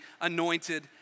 anointed